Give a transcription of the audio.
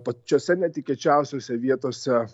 pačiose netikėčiausiose vietose